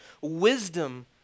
wisdom